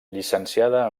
llicenciada